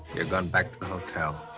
you're going back to the hotel.